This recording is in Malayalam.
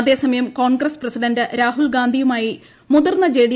അതേസമയും കോൺഗ്രസ്സ് പ്രസിഡന്റ് രാഹുൽ ഗാന്ധിയുമായി മുതിർന്ന ജെട്ട്ഡി